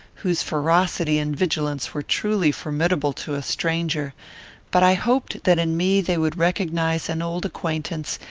whose ferocity and vigilance were truly formidable to a stranger but i hoped that in me they would recognise an old acquaintance,